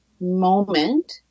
moment